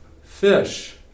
fish